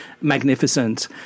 magnificent